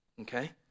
Okay